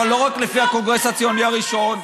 לפי הקונגרס הציוני הראשון,